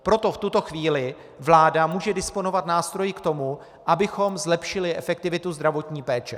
Proto v tuto chvíli vláda může disponovat nástroji k tomu, abychom zlepšili efektivitu zdravotní péče.